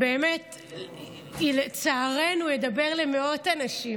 באמת, לצערנו הוא ידבר למאות אנשים,